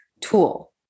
tool